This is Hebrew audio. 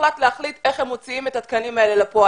מוחלט להחליט איך הם מוציאים את התקנים האלה לפועל.